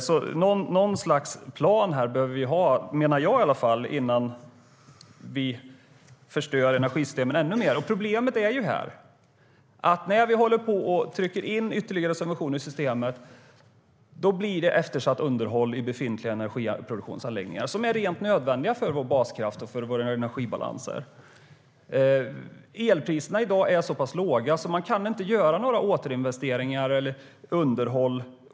Något slags plan bör vi ha innan vi förstör energisystemet ännu mer. Problemet är att när vi satsar ytterligare subventioner i systemet blir underhållet eftersatt i befintliga energiproduktionsanläggningar som är helt nödvändiga i vår baskraft och för våra energibalanser. Elpriserna är i dag så pass låga att man inte kan få lönsamhet i återinvesteringar eller underhåll.